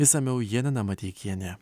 išsamiau janina mateikienė